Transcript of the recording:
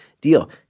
deal